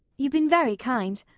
you've been very kind,